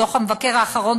בדוח המבקר האחרון,